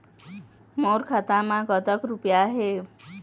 मोर खाता मैं कतक रुपया हे?